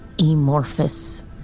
amorphous